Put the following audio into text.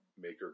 maker